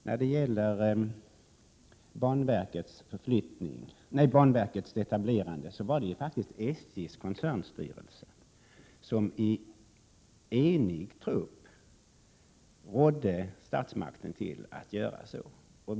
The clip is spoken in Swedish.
När det gäller banverkets etablerande var det faktiskt SJ:s koncernstyrelse som i enig trupp rådde statsmakten att göra denna uppdelning.